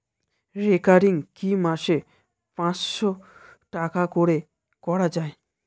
Recurring কি মাসে পাঁচশ টাকা করে করা যায়?